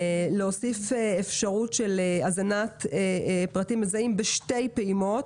אני מבקשת לבדוק להוסיף אפשרות של הזנת פרטים מזהים בשתי פעימות.